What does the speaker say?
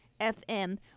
FM